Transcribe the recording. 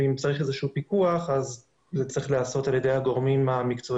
ואם צריך פיקוח אז זה צריך להיעשות על ידי הגורמים המקצועיים.